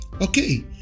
Okay